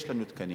יש לנו תקנים,